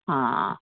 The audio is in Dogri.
हां